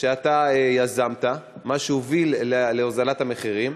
שאתה יזמת, מה שהוביל להוזלת המחירים.